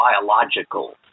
biological